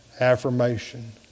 affirmation